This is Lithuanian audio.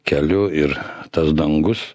keliu ir tas dangus